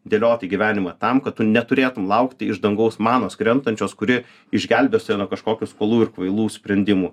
dėliot į gyvenimą tam kad tu neturėtum laukti iš dangaus manos krentančios kuri išgelbės tave nuo kažkokių skolų ir kvailų sprendimų